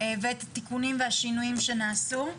שלום לכולם,